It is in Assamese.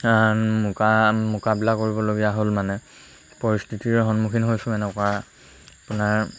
মোকাবিলা কৰিবলগীয়া হ'ল মানে পৰিস্থিতিৰো সন্মুখীন হৈছোঁ এনেকুৱা আপোনাৰ